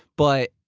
but,